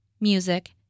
music